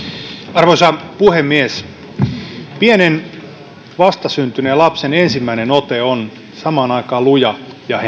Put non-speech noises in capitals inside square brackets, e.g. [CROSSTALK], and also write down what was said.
arvoisa puhemies pienen vastasyntyneen lapsen ensimmäinen ote on samaan aikaan luja ja [UNINTELLIGIBLE]